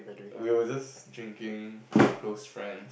we were just drinking close friend